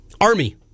Army